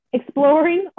Exploring